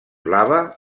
blava